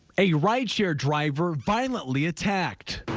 a ride share driver violently attacked.